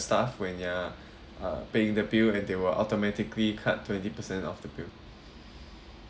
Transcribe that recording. staff when you're uh paying the bill and they will automatically cut twenty percent off the bill